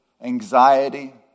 anxiety